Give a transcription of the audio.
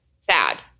sad